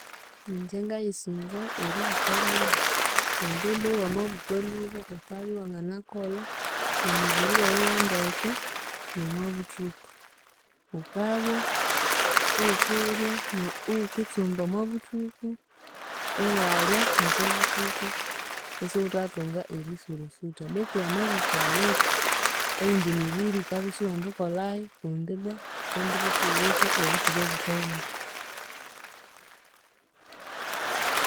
Ingye ngayisunza eribuka lhuba, kundi ibbwa wamabuka lhuba wukabya iwanganakolha emibiri yawu yandeke, n'omwa buthuku, wukabya iwukirya no iwukitsumba omo buthuku, iwalya n'oko buthuku, isiwuthathunga erisurusutha, betu wamabuka late, eyindi mibiri wukabya isiwendikolhayu kundi ibbwa wukendibya isiwuwithe obuthuku obukawunza.